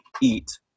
eat